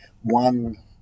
one